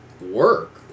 work